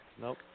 Nope